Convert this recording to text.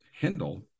handle